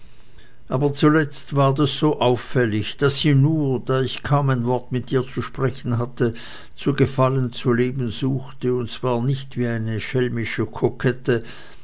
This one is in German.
aber zuletzt ward es so auffällig daß sie mir da ich kaum ein wort mit ihr zu sprechen hatte zu gefallen zu leben suchte und zwar nicht wie eine schelmische kokette